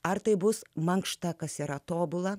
ar tai bus mankšta kas yra tobula